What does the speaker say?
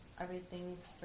everything's